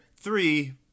three